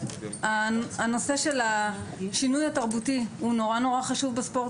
הנושא של השינוי התרבותי הוא מאוד חשוב בספורט.